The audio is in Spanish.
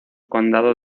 condado